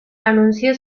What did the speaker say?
anunció